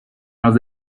los